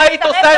עושה?